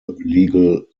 legal